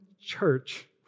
church